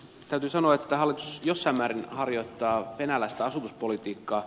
täytyy sanoa että hallitus jossain määrin harjoittaa venäläistä asutuspolitiikkaa